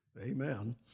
Amen